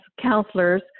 counselors